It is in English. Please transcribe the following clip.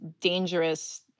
dangerous